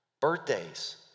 Birthdays